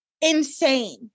insane